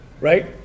right